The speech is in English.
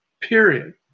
period